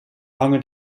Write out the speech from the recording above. lange